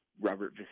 Robert